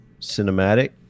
cinematic